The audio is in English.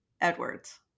Edwards